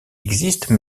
existe